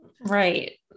Right